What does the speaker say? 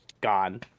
gone